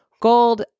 Gold